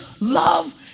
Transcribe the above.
love